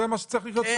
זה מה שצריך להיות כתוב.